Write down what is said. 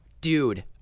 Dude